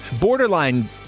borderline